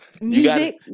music